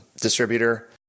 distributor